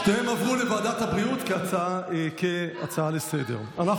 שתיהן עברו לוועדת הבריאות כהצעה לסדר-היום.